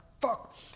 fuck